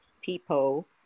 people